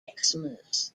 xmas